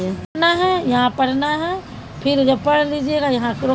सौंसे दुनियाँ मे माछक खपत पर आदमी सोलह किलो छै